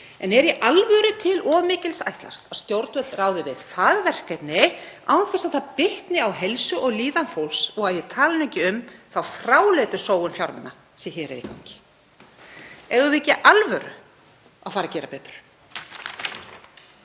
En er í alvöru til of mikils ætlast að stjórnvöld ráði við það verkefni án þess að það bitni á heilsu og líðan fólks og að ég tali nú ekki um þá fráleitu sóun fjármuna sem hér er í gangi? Eigum við ekki í alvöru að fara að gera betur?